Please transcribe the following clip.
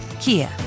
Kia